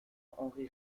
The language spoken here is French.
henri